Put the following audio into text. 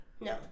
No